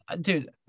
dude